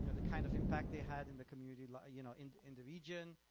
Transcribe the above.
ah the kind of impact they had in the community, like you know in in the region,